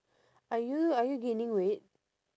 are you are you gaining weight